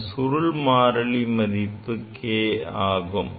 அதன் சுருள் மாறிலி மதிப்பு k ஆகும்